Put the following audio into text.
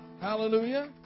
Hallelujah